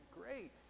Great